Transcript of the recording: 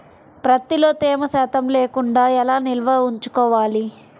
ప్రత్తిలో తేమ శాతం లేకుండా ఎలా నిల్వ ఉంచుకోవాలి?